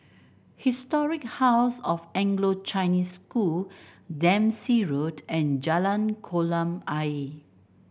Historic House of Anglo Chinese School Dempsey Road and Jalan Kolam Ayer